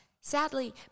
sadly